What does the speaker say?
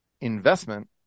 investment